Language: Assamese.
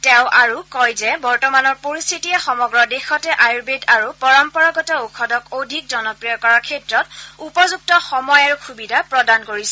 তেওঁ আৰু কয় যে বৰ্তমানৰ পৰিস্থিতিয়ে সমগ্ৰ বিশ্বতে আয়ুৰ্বেদ আৰু পৰম্পৰাগত ঔষধক অধিক জনপ্ৰিয় কৰাৰ ক্ষেত্ৰত উপযুক্ত সময় আৰু সুবিধা প্ৰদান কৰিছে